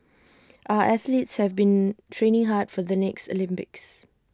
our athletes have been training hard for the next Olympics